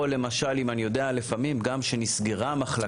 או למשל אם אני יודע לפעמים גם שנסגרה מחלקה.